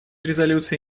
резолюции